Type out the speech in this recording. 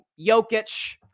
Jokic